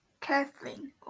Kathleen